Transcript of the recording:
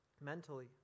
Mentally